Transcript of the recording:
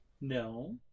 no